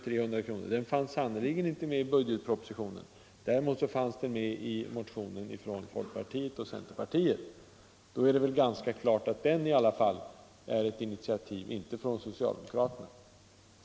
som ingår i uppgörelsen fanns sannerligen inte med i budgetpropositionen. Däremot fanns den med i en motion från folkpartiet och centerpartiet. Då är det klart att den i alla fall inte är ett initiativ från socialdemokraterna.